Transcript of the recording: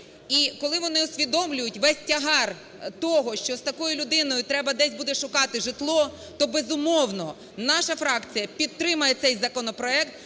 І коли вони усвідомлюють весь тягар того, що з такою людиною треба десь буде шукати житло, то, безумовно, наша фракція підтримає цей законопроект